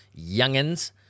Youngins